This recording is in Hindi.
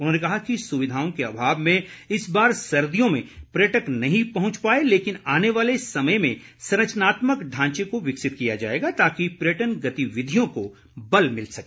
उन्होंने कहा कि सुविधाओं के अभाव में इस बार सर्दियों में पर्यटक नहीं पहुंच पाए लेकिन आने वाले समय में संरचनात्मक ढांचे को विकसित किया जाएगा ताकि पर्यटन गतिविधियों को बल मिल सके